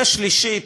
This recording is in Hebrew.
ושלישית,